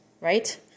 right